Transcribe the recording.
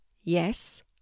Yes